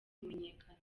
kumenyekana